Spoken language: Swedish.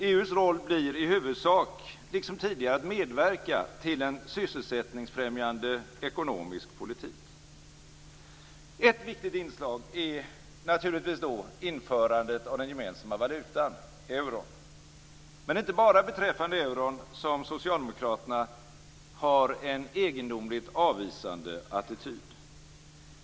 EU:s roll blir i huvudsak, liksom tidigare, att medverka till en sysselsättningsfrämjande ekonomisk politik. Ett viktigt inslag är naturligtvis då införandet av den gemensamma valutan, euron. Men det är inte bara beträffande euron som socialdemokraterna har en egendomligt avvisande attityd.